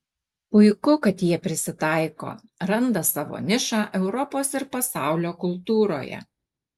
puiku kad jie prisitaiko randa savo nišą europos ir pasaulio kultūroje